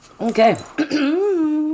Okay